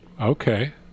okay